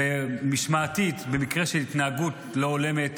משמעתית, במקרה של התנהגות לא הולמת,